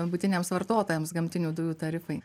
buitiniams vartotojams gamtinių dujų tarifai